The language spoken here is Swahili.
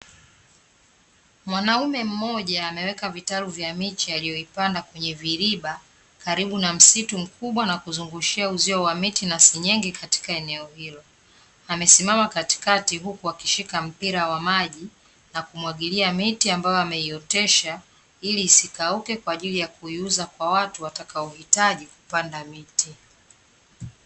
Mwanaume mmoja, ameweka vitalu vya miche aliyoipanda kwenye viriba, karibu na msitu mkubwa na kuzungushia uzio wa miti na senyenge katika eneo hilo. Amesimama katikati huku akishika mpira wa maji, na kumwagilia miti ambayo ameiotesha, ili isikauke kwa ajili ya kuiuza kwa watu watakaohitaji kupanda miti.